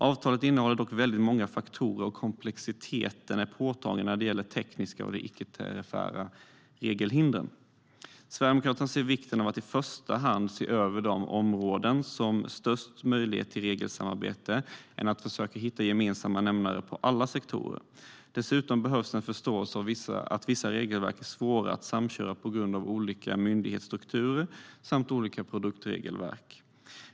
Avtalet innehåller dock väldigt många faktorer, och komplexiteten är påtaglig när det gäller det tekniska och de icke-tariffära regelhindren. Sverigedemokraterna ser vikten av att hellre se över de områden som har störst möjlighet till regelsamarbete än att försöka hitta gemensamma nämnare för alla sektorer. Dessutom behövs en förståelse för att vissa regelverk är svåra att samköra på grund av olika myndighetsstrukturer samt olika produktregelverk.